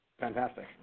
Fantastic